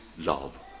love